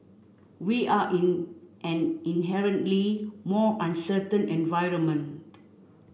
we are in an inherently more uncertain environment